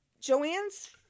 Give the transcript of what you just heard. Joanne's